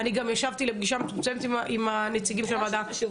אני גם ישבתי לפגישה מצומצמת עם הנציגים של הוועדה.